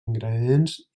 ingredients